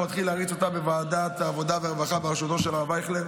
אנחנו נתחיל להריץ אותה בוועדת העבודה והרווחה בראשותו של הרב אייכלר,